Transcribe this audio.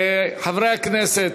חברי הכנסת,